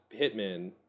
Hitman